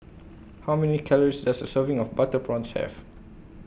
How Many Calories Does A Serving of Butter Prawns Have